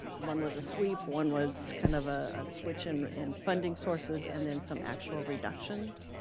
one was a sweep, one was kind of ah a switch and in funding sources and then some actual reductions,